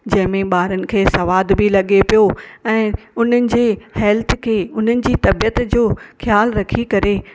जंहिंमे ॿारनि खे सवाद बि लॻे पियो ऐं उन्हनि जे हेल्थ खे उन्हनि जी तबीअत जो ख़्यालु रखी करे